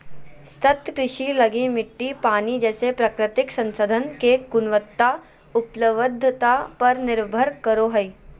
सतत कृषि लगी मिट्टी, पानी जैसे प्राकृतिक संसाधन के गुणवत्ता, उपलब्धता पर निर्भर करो हइ